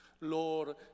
Lord